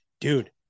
dude